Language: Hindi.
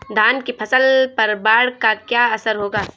धान की फसल पर बाढ़ का क्या असर होगा?